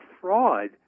fraud